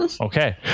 Okay